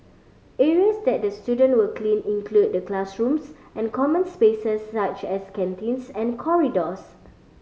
areas that the students will clean include the classrooms and common spaces such as canteens and corridors